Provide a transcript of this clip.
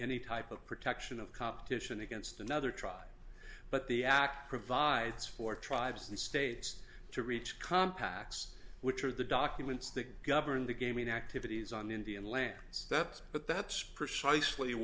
any type of protection of competition against another trial but the act provides for tribes and states to reach compaq's which are the documents that govern the gaming activities on indian lands that is but that's precisely